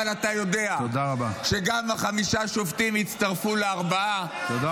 אבל אתה יודע שגם חמשת השופטים הצטרפו לארבעה -- תודה רבה.